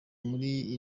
muri